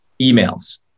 emails